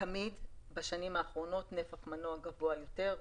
תמיד בשנים האחרונות נפח מנוע גבוה יותר,